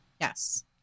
Yes